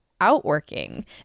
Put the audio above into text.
outworking